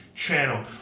channel